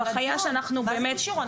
זו החיה שאנחנו באמת --- מה זה קשור?